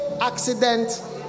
accident